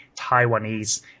Taiwanese